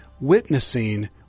witnessing